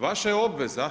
Vaša je obveza